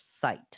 site